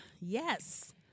Yes